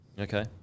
okay